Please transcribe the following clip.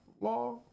Law